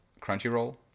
Crunchyroll